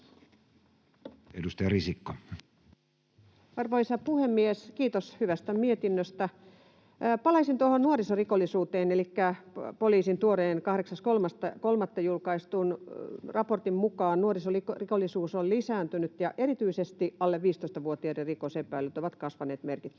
15:26 Content: Arvoisa puhemies! Kiitos hyvästä mietinnöstä. — Palaisin tuohon nuorisorikollisuuteen: elikkä poliisin tuoreen, 8.3. julkaistun raportin mukaan nuorisorikollisuus on lisääntynyt, ja erityisesti alle 15-vuotiaiden rikos-epäilyt ovat kasvaneet merkittävästi.